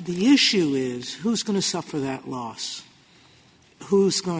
the issue is who's going to suffer that loss who's going